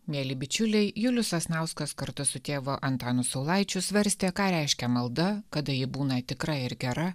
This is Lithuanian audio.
mieli bičiuliai julius sasnauskas kartu su tėvu antanu saulaičiu svarstė ką reiškia malda kada ji būna tikra ir gera